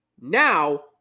now